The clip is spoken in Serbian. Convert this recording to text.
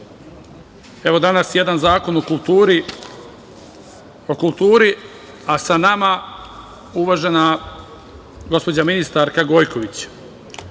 danas jedan Zakon o kulturi, a sa nama uvažena gospođa ministarka Gojković.